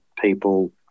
people